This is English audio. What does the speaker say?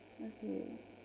okay